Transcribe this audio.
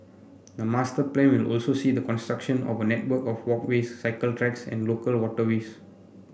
the master plan will also see the construction of a network of walkways cycle tracks and local waterways